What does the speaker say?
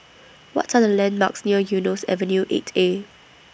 What Are The landmarks near Eunos Avenue eight A